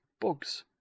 bugs